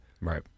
right